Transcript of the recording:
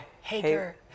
Hager